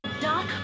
Doc